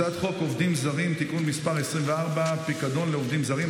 הצעת חוק עובדים זרים (תיקון מס' 24) (פיקדון לעובדים זרים),